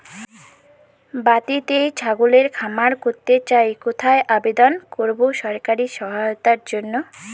বাতিতেই ছাগলের খামার করতে চাই কোথায় আবেদন করব সরকারি সহায়তার জন্য?